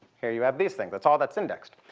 here you have these things. that's all that's indexed.